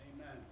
Amen